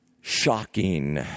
shocking